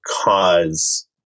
cause